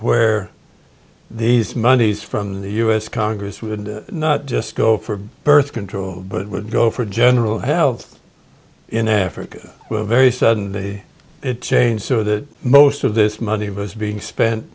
where these monies from the u s congress would not just go for birth control but it would go for general health in africa very sudden the it changed so that most of this money was being spent